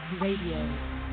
Radio